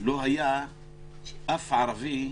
לא היה שום ערבי בנואמים?